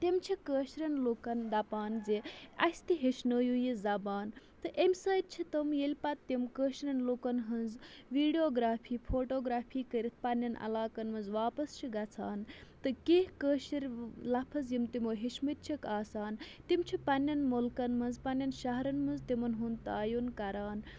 تِم چھِ کٲشرٮ۪ن لوٗکَن دَپان زِ اَسہِ تہِ ہیٚچھنٲیِو یہِ زبان تہٕ اَمہِ سۭتۍ چھِ تِم ییٚلہِ پَتہٕ تِم کٲشرٮ۪ن لُکَن ہٕنٛز ویٖڈیوگرٛافی فوٹوگرٛافی کٔرِتھ پنٛنٮ۪ن علاقَن منٛز واپَس چھِ گَژھان تہٕ کینٛہہ کٲشِر لفظ یِم تِمو ہیٚچھمٕتۍ چھِکھ آسان تِم چھِ پنٛنٮ۪ن مُلکَن منٛز پنٛنٮ۪ن شَہرَن منٛز تِمَن ہُنٛد تایُن کَران